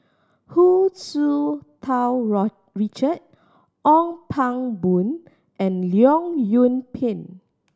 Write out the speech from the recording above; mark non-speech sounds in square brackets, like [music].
Hu Tsu Tau [unintelligible] Richard Ong Pang Boon and Leong Yoon Pin